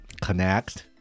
connect